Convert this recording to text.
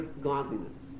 godliness